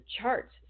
charts